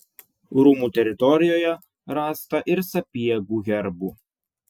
rūmų teritorijoje rasta ir sapiegų herbų